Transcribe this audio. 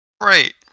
right